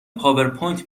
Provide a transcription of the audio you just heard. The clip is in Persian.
پاورپوینت